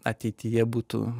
ateityje būtų